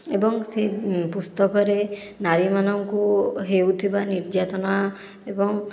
ଏବଂ ସେ ପୁସ୍ତକରେ ନାରୀମାନଙ୍କୁ ହେଉଥିବା ନିର୍ଯାତନା ଏବଂ